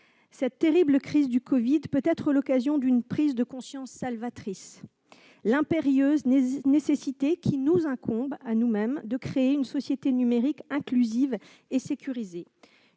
Cette terrible crise du Covid-19 peut être l'occasion d'une prise de conscience salvatrice de l'impérieuse nécessité de créer une société numérique inclusive et sécurisée